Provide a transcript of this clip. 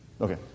Okay